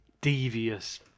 devious